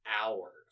hours